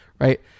right